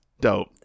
dope